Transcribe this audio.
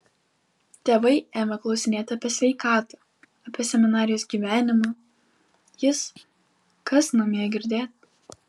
tėvai ėmė klausinėti apie sveikatą apie seminarijos gyvenimą jis kas namie girdėt